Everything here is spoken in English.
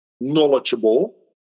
knowledgeable